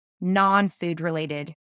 non-food-related